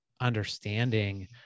understanding